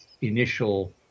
initial